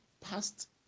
past